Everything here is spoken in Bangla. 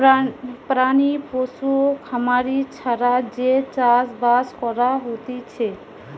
প্রাণী পশু খামারি ছাড়া যে চাষ বাস করা হতিছে